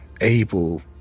able